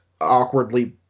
awkwardly